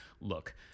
Look